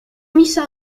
misa